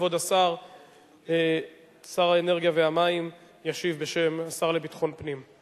כבוד שר האנרגיה והמים ישיב בשם השר לביטחון פנים.